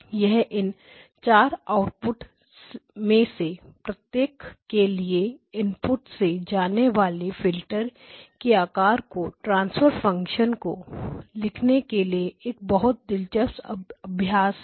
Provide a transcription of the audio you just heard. यह इन 4 आउटपुट में से प्रत्येक के लिए इनपुट से जाने वाले फिल्टर के आकार को ट्रांसफर फ़ंक्शन को लिखने के लिए एक बहुत ही दिलचस्प अभ्यास है